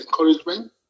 encouragement